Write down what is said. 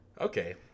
okay